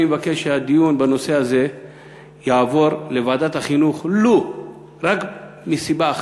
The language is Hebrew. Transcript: אני מבקש שהדיון בנושא הזה יעבור לוועדת החינוך ולו רק מסיבה אחת: